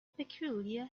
peculiar